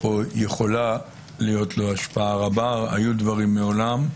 או יכולה להיות לו השפעה רבה, והיו דברים מעולם,